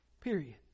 period